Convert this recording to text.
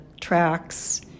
tracks